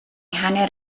hanner